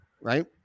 right